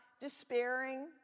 despairing